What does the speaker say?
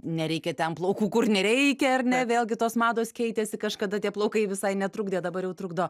nereikia ten plaukų kur nereikia ar ne vėlgi tos mados keitėsi kažkada tie plaukai visai netrukdė dabar jau trukdo